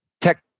Tech